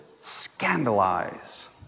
scandalize